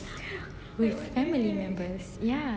with family members ya